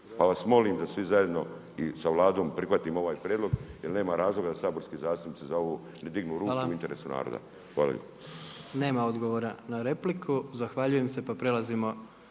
Pa vas, molim da svi zajedno i sa Vladom prihvatimo ovaj prijedlog, jer nema razloga da saborski zastupnici za ovo ne dignu ruku u interesu naroda. **Jandroković, Gordan (HDZ)** Hvala. Nema odgovora na repliku. Zahvaljujem se, pa prelazimo